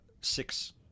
six